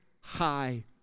high